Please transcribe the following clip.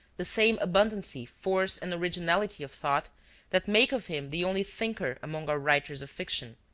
the same abundancy, force and originality of thought that make of him the only thinker among our writers of fiction,